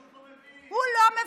קריאה: הוא לא מזלזל,